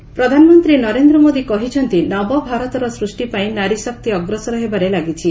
PM women day ପ୍ରଧାନମନ୍ତ୍ରୀ ନରେନ୍ଦ ମୋଦି କହିଛନ୍ତି ନବଭାରତର ସୃଷ୍ଟିପାଇଁ ନାରୀଶକ୍ତି ଅଗ୍ରସର ହେବାରେ ଲାଗିଛି